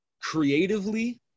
creatively